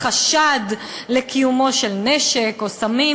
בחשד לקיום נשק או סמים,